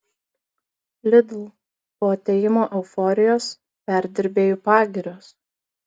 lidl po atėjimo euforijos perdirbėjų pagirios